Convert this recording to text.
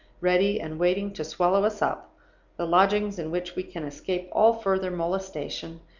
ready and waiting to swallow us up the lodgings in which we can escape all further molestation,